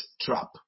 trap